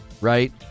Right